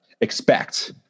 expect